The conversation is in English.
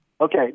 Okay